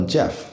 Jeff